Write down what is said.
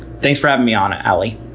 thanks for having me on, alie.